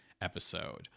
episode